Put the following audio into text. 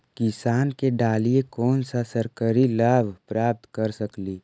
किसान के डालीय कोन सा सरकरी लाभ प्राप्त कर सकली?